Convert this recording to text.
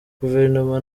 guverinoma